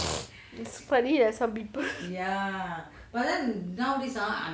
it's funny lah some people ya but then nowadays ah